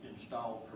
installed